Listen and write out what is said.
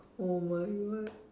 oh my god